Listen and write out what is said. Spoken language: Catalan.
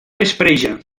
vespreja